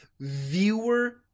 viewer